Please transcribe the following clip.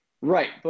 Right